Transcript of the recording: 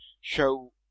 show